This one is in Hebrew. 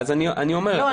אני אומר -- לא,